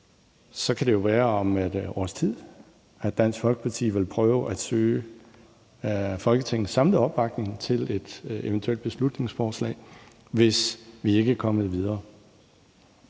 Så kan det jo være, at Dansk Folkeparti om et års tid vil prøve at søge Folketingets samlede opbakning til et eventuelt beslutningsforslag, hvis vi ikke er kommet videre.